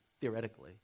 Theoretically